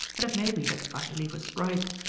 and it may be that vassili was right.